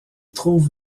trouve